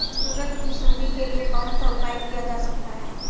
उड़द की सुंडी के लिए कौन सा उपाय किया जा सकता है?